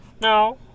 No